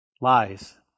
Lies